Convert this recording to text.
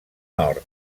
nord